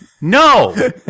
No